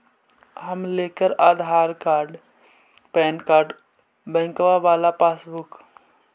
हम लेकर Aadhaar card PAN card बैंकवा वाला पासबुक?